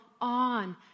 on